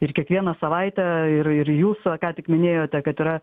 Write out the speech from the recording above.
ir kiekvieną savaitę ir ir jūs va ką tik minėjote kad yra